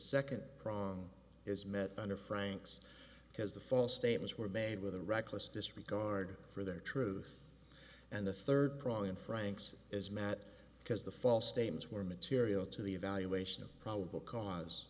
second prong is met under frank's because the false statements were made with a reckless disregard for their truth and the third probably in franks is matt because the false statements were material to the evaluation of probable cause